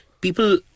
People